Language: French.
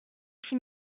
qui